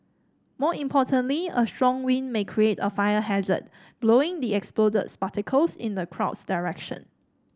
more importantly a strong wind may create a fire hazard blowing the exploded in the crowd's direction